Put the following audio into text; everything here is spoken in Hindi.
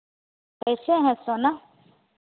कैसे हैं सोना